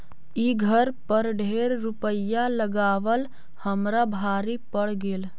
ई घर पर ढेर रूपईया लगाबल हमरा भारी पड़ गेल